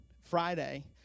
Friday